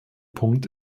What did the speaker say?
punkt